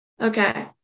okay